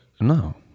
no